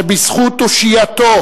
שבזכות תושייתו